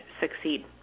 succeed